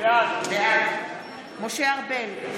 בעד משה ארבל,